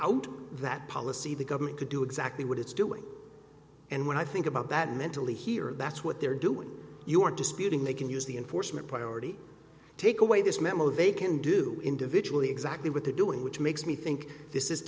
out that policy the government could do exactly what it's doing and when i think about that mentally here that's what they're doing you're disputing they can use the enforcement priority take away this memo they can do individually exactly what they're doing which makes me think this